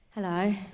Hello